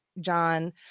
John